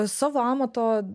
savo amato